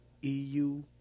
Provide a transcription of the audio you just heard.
EU